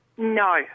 No